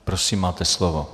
Prosím, máte slovo.